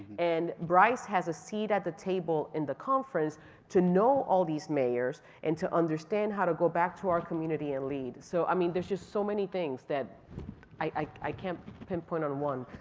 and bryce has a seat at the table in the conference to know all these mayors and to understand how to go back to our community and lead, so i mean there's just so many things that i can't pinpoint on one.